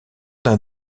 d’un